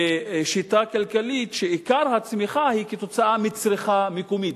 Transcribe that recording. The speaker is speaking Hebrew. בשיטה כלכלית שבה עיקר הצמיחה היא כתוצאה מצריכה מקומית,